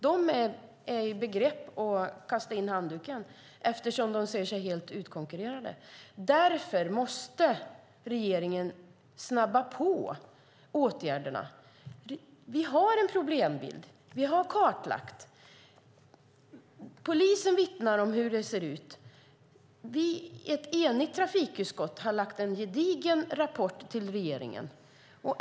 De står i begrepp att kasta in handduken eftersom de ser sig helt utkonkurrerade. Därför måste regeringen snabba på åtgärderna. Vi har en problembild. Vi har kartlagt. Polisen vittnar om hur det ser ut. Ett enigt trafikutskott har lämnat en gedigen rapport till regeringen.